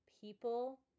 people